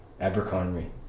Abercrombie